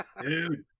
Dude